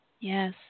Yes